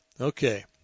Okay